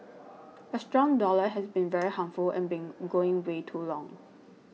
a strong dollar has been very harmful and been going way too long